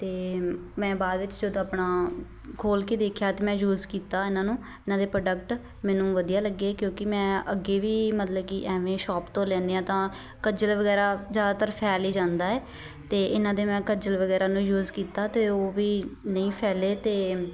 ਅਤੇ ਮੈਂ ਬਾਅਦ ਵਿੱਚ ਜਦੋਂ ਆਪਣਾ ਖੋਲ੍ਹ ਕੇ ਦੇਖਿਆ ਅਤੇ ਮੈਂ ਯੂਸ ਕੀਤਾ ਇਹਨਾਂ ਨੂੰ ਇਹਨਾਂ ਦੇ ਪ੍ਰੋਡਕਟ ਮੈਨੂੰ ਵਧੀਆ ਲੱਗੇ ਕਿਉਂਕਿ ਮੈਂ ਅੱਗੇ ਵੀ ਮਤਲਬ ਕਿ ਐਵੇਂ ਸ਼ੋਪ ਤੋਂ ਲੈਂਦੇ ਹਾਂ ਤਾਂ ਕੱਜਲ ਵਗੈਰਾ ਜ਼ਿਆਦਾਤਰ ਫੈਲ ਹੀ ਜਾਂਦਾ ਹੈ ਅਤੇ ਇਹਨਾਂ ਦੇ ਮੈਂ ਕੱਜਲ ਵਗੈਰਾ ਨੂੰ ਯੂਸ ਕੀਤਾ ਅਤੇ ਉਹ ਵੀ ਨਹੀਂ ਫੈਲੇ ਅਤੇ